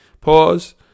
Pause